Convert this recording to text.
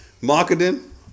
marketing